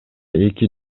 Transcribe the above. эки